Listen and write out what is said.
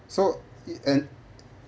so it and